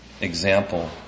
example